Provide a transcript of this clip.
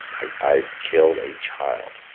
i killed a child.